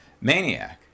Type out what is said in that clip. maniac